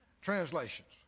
translations